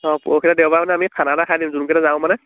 অঁ পৰখিলৈ দেওবাৰে মানে আমি খানা এটা খাই দিম যোনকেইটা যাওঁ মানে